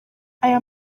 aya